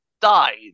died